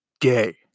gay